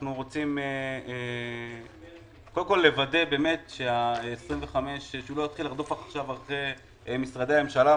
אנחנו רוצים לוודא שהוא לא יתחיל לרדוף עכשיו אחרי משרדי הממשלה,